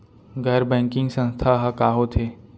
गैर बैंकिंग संस्था ह का होथे?